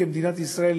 כמדינת ישראל,